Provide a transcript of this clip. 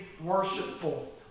worshipful